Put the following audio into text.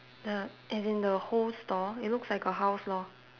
the as in the whole store it looks like a house lor